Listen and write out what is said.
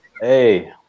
Hey